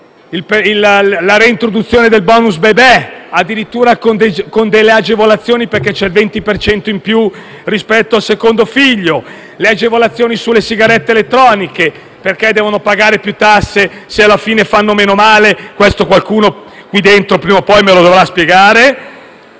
la reintroduzione del *bonus* bebè, addirittura con delle agevolazioni, perché c'è il 20 per cento in più rispetto al secondo figlio. Quanto alle agevolazioni sulle sigarette elettroniche, perché si devono pagare più tasse se alla fine fanno meno male? Questo fatto qualcuno qui dentro, prima o poi, me lo dovrà spiegare.